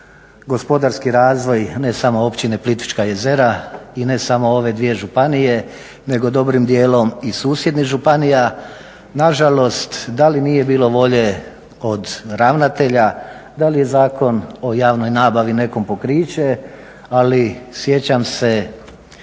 gospodarski razvoj ne samo općine Plitvička jezera i ne samo ove dvije županije, nego dobrim dijelom i susjednih županija. Na žalost da li nije bilo volje od ravnatelja, da li je Zakon o javnoj nabavi nekom pokriće, ali sjećam se